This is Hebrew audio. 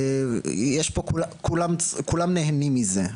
כולם נהנים מזה,